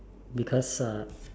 because uh